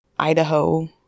Idaho